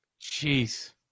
Jeez